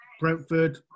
Brentford